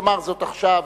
תאמר זאת עכשיו,